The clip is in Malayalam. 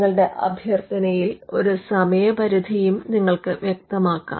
നിങ്ങളുടെ അഭ്യർത്ഥനയിൽ ഒരു സമയപരിധിയും നിങ്ങൾക്ക് വ്യക്തമാക്കാം